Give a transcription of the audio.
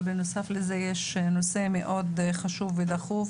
אבל בנוסף לזה יש נושא מאוד חשוב ודחוף